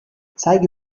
zeige